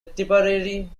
tipperary